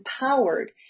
empowered